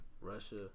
Russia